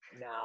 now